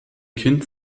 kind